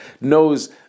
knows